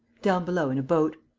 down below, in a boat.